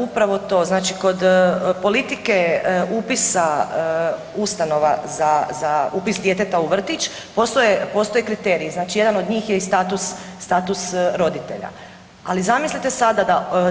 Upravo to, znači kod politike upisa ustanova za upis djeteta u vrtić postoje kriteriji, znači od njih je i status roditelja, ali zamislite sada